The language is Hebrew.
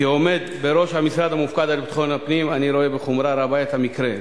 כעומד בראש המשרד המופקד על ביטחון הפנים אני רואה בחומרה רבה את המקרה.